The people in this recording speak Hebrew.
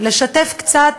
לשתף קצת